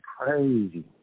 crazy